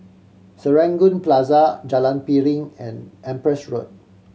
Serangoon Plaza Jalan Piring and Empress Road